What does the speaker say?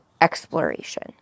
exploration